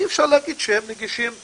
אי אפשר להגיד שהם נגישים בכלל.